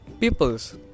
peoples